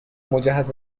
مجهز